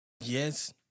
yes